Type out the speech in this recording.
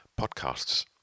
podcasts